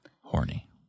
horny